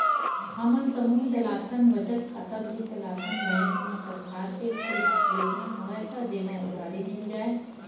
हमन समूह चलाथन बचत खाता भी चलाथन बैंक मा सरकार के कुछ योजना हवय का जेमा उधारी मिल जाय?